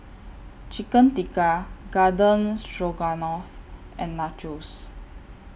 Chicken Tikka Garden Stroganoff and Nachos